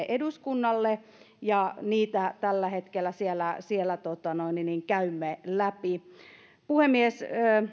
eduskunnalle ja niitä tällä hetkellä siellä siellä käymme läpi puhemies